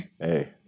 Hey